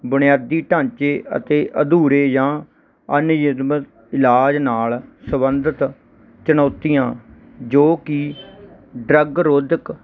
ਬੁਨਿਆਦੀ ਢਾਂਚੇ ਅਤੇ ਅਧੂਰੇ ਜਾਂ ਅਣਨਿਯਮਿਤ ਇਲਾਜ ਨਾਲ ਸੰਬੰਧਿਤ ਚੁਣੌਤੀਆਂ ਜੋ ਕਿ ਡਰੱਗ ਰੋਧਕ